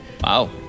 Wow